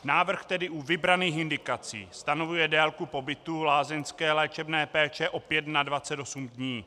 Návrh tedy u vybraných indikací stanovuje délku pobytu lázeňské léčebné péče opět na 28 dní.